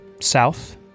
south